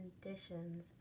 conditions